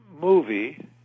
movie